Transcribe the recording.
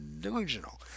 delusional